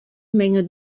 menge